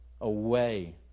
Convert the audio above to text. away